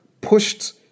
pushed